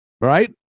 right